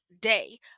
day